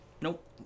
nope